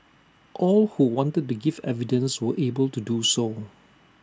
all who wanted to give evidence were able to do so